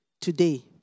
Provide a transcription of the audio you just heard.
today